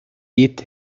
eat